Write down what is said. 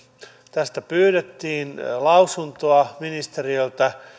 tästä pyydettiin lausuntoa ministeriöltä